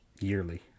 yearly